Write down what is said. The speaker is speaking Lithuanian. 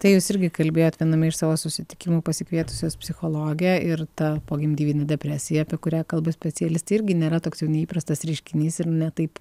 tai jūs irgi kalbėjot viename iš savo susitikimų pasikvietusios psichologę ir tą pogimdyminę depresiją apie kurią kalba specialistai irgi nėra toks jau neįprastas reiškinys ir ne taip